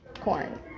corn